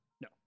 No